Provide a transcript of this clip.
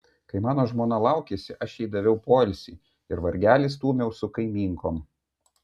kai mano žmona laukėsi aš jai daviau poilsį ir vargelį stūmiau su kaimynkom